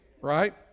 right